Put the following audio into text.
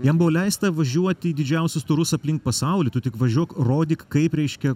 jam buvo leista važiuoti į didžiausius turus aplink pasaulį tu tik važiuok rodyk kaip reiškia